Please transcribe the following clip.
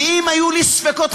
ואם היו לי ספקות,